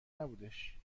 نبودش